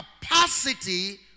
capacity